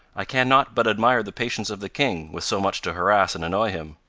i can not but admire the patience of the king, with so much to harass and annoy him.